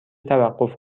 توقف